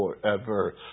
forever